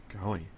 Golly